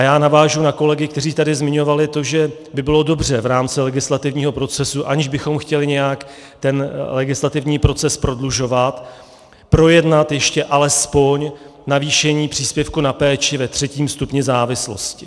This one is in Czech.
Já navážu na kolegy, kteří tady zmiňovali to, že by bylo dobře v rámci legislativního procesu, aniž bychom chtěli nějak ten legislativní proces prodlužovat, projednat ještě alespoň navýšení příspěvku na péči ve třetím stupni závislosti.